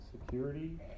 security